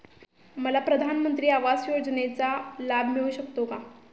मला प्रधानमंत्री आवास योजनेचा लाभ मिळू शकतो का?